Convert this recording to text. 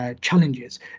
challenges